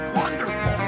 wonderful